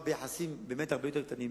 ביחסים באמת הרבה יותר קטנים,